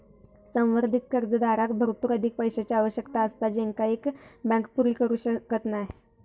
संवर्धित कर्जदाराक भरपूर अधिक पैशाची आवश्यकता असता जेंका एक बँक पुरी करू शकत नाय